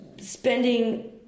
spending